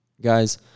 Guys